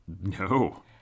No